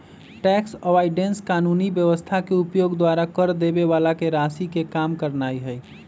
tax avoidance कानूनी व्यवस्था के उपयोग द्वारा कर देबे बला के राशि के कम करनाइ हइ